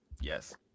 yes